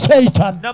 Satan